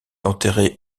enterré